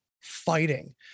fighting